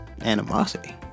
animosity